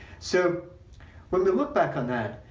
so when we look back on that,